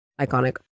Iconic